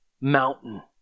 mountain